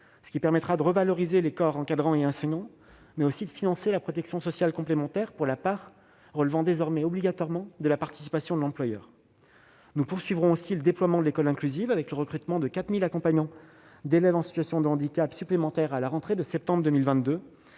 ce qui permettra de revaloriser les corps encadrants et enseignants, mais aussi de financer la protection sociale complémentaire pour la part relevant désormais obligatoirement de la participation de l'employeur. Nous poursuivrons le déploiement de l'école inclusive, avec le recrutement de 4 000 accompagnants d'élèves en situation de handicap supplémentaires à la rentrée de septembre 2022.